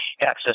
access